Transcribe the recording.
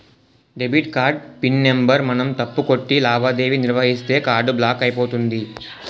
debit card pin number మనం తప్పు కొట్టి లావాదేవీ నిర్వహిస్తే కార్డు బ్లాక్ అయిపోతుంది